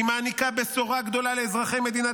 היא מעניקה בשורה גדולה לאזרחי מדינת